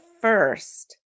first